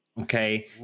okay